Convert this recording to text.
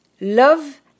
love